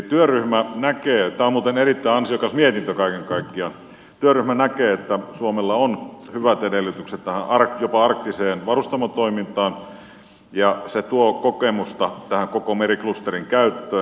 työryhmä näkee tämä on muuten erittäin ansiokas mietintö kaiken kaikkiaan että suomella on hyvät edellytykset tähän jopa arktiseen varustamotoimintaan ja se tuo kokemusta koko meriklusterin käyttöön